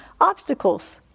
obstacles